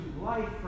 life